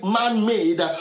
man-made